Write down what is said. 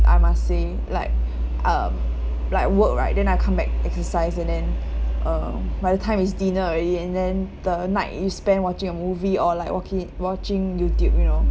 I must say like um like work right then I come back exercise and then uh by the time it's dinner already and then the night you spend watching a movie or like okay watching YouTube you know